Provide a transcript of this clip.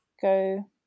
go